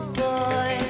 boy